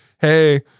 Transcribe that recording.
hey